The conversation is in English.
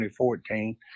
2014